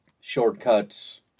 shortcuts